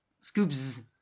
Scoops